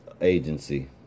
agency